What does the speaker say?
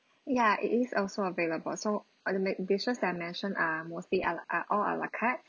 ya it is also available so all the made dishes that I mentioned are mostly al~ are all ala carte